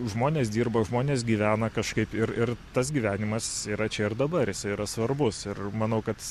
žmonės dirba žmonės gyvena kažkaip ir ir tas gyvenimas yra čia ir dabar jisai yra svarbus ir manau kad